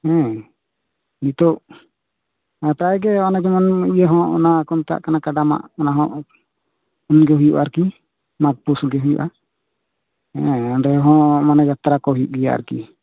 ᱦᱩᱸ ᱱᱤᱛᱚᱜ ᱱᱟᱯᱟᱭ ᱜᱮ ᱚᱱᱮ ᱡᱮᱢᱚᱱ ᱤᱭᱟᱹ ᱦᱚᱸ ᱚᱱᱟ ᱠᱚ ᱢᱮᱛᱟᱜ ᱠᱟᱱᱟ ᱠᱟᱰᱟ ᱢᱟᱜ ᱚᱱᱟ ᱦᱚᱸ ᱩᱱ ᱜᱮ ᱦᱩᱭᱩᱜ ᱟ ᱟᱨ ᱠᱤ ᱢᱟᱜᱽ ᱯᱩᱥ ᱜᱮ ᱦᱩᱭᱩᱜ ᱟ ᱦᱮᱸ ᱚᱱᱰᱮ ᱦᱚᱸ ᱢᱟᱱᱮ ᱡᱟᱛᱨᱟ ᱠᱚ ᱦᱩᱭᱩᱜ ᱜᱮᱭᱟ ᱟᱨ ᱠᱤ